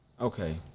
Okay